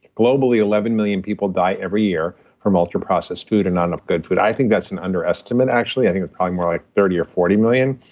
globally, eleven million people die every year from ultra-processed food and none of good food. i think that's an underestimate, actually. i think it's probably more like thirty or forty million.